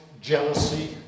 jealousy